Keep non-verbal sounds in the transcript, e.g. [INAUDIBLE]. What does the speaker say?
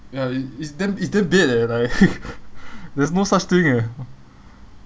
ya it's it's damn it's damn bait eh like [LAUGHS] there's no such thing eh